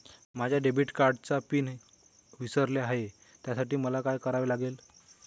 माझ्या डेबिट कार्डचा पिन विसरले आहे त्यासाठी मला काय करावे लागेल?